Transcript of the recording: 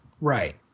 Right